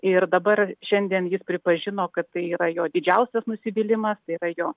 ir dabar šiandien jis pripažino kad tai yra jo didžiausias nusivylimas tai yra jo